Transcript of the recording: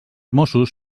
mossos